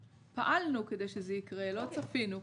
פעלנו כדי שזה יקרה לא צפינו.